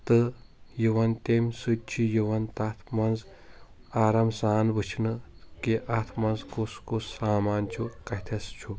تہٕ یوان تمہِ سۭتۍ چھُ یِوان تتھ منٛز آرام سان وٕچھنہٕ کہِ اتھ منٛز کُس کُس سامان چھُ کتتٮ۪س چھُ